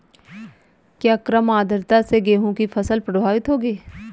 क्या कम आर्द्रता से गेहूँ की फसल प्रभावित होगी?